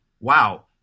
wow